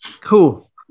Cool